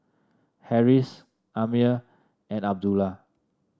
Harris Ammir and Abdullah